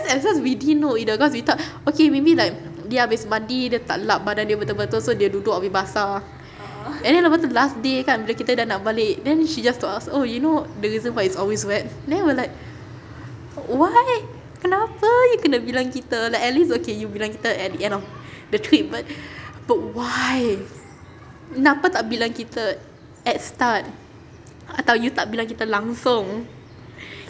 at first we didn't know either because we thought okay maybe like dia habis mandi dia tak lap badan dia betul-betul so dia duduk abeh basah and then lepas tu last day kan bila kita dah nak balik then she just told us oh you know the reason why it's always wet then we're like why kenapa you kena bilang kita like at least okay you bilang kita at the end of the trip but but why kenapa tak bilang kita at start atau you tak bilang kita langsung